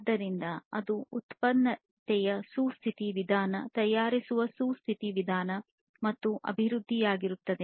ಆದ್ದರಿಂದ ಅದು ಉತ್ಪಾದನೆಯ ಸುಸ್ಥಿರ ವಿಧಾನ ತಯಾರಿಸುವ ಸುಸ್ಥಿರ ವಿಧಾನ ಅಥವಾ ಅಭಿವೃದ್ಧಿವಾಗಿರುತ್ತದೆ